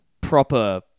proper